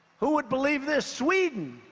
who would believe this? sweden.